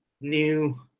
new